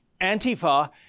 Antifa